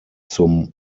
zum